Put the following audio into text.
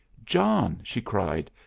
john! she cried,